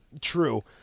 true